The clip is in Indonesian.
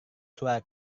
suara